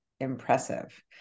impressive